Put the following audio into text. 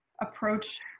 approach